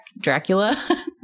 dracula